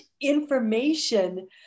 information